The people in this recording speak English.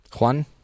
Juan